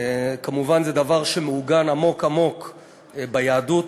כמובן, זה דבר שמעוגן עמוק-עמוק ביהדות,